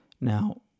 Now